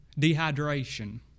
dehydration